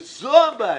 זו הבעיה.